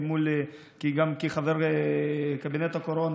גם כחבר בקבינט הקורונה,